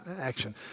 action